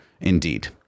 indeed